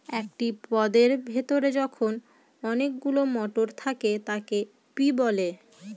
একটি পদের ভেতরে যখন অনেকগুলো মটর থাকে তাকে পি বলে